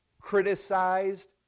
criticized